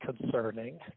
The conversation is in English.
concerning